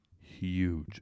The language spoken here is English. huge